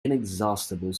inexhaustible